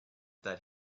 that